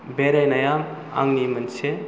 बेरायनाया आंनि मोनसे